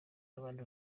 abandi